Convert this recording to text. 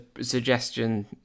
suggestion